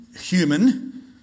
human